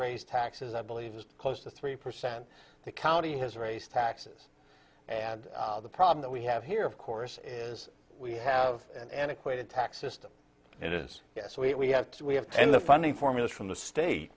raised taxes i believe is close to three percent the county has raised taxes and the problem that we have here of course is we have an antiquated tax system it is so we have to we have and the funding formulas from the state